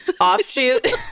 offshoot